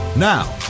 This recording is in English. Now